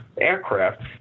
aircraft